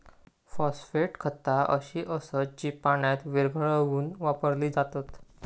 phosphate खता अशी असत जी पाण्यात विरघळवून वापरली जातत